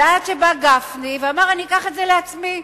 ועד שבא גפני ואמר: אני אקח את זה לעצמי.